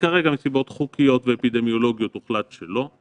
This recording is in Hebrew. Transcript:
כרגע מסיבות חוקיות ואפידמיולוגיות הוחלט שלא.